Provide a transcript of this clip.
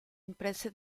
imprese